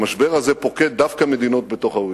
המשבר הזה פוקד דווקא מדינות בתוך ה-OECD,